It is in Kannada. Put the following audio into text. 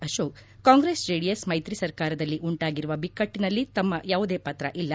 ಅಶೋಕ್ ಕಾಂಗ್ರೆಸ್ ಜೆಡಿಸ್ ಮ್ನೆತ್ರಿಸರ್ಕಾರದಲ್ಲಿ ಉಂಟಾಗಿರುವ ಬಿಕ್ಟನಲ್ಲಿ ನಮ್ನ ಯಾವುದೇ ಪಾತ್ರ ಇಲ್ಲ